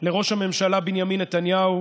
לראש הממשלה בנימין נתניהו,